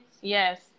yes